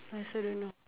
I also don't know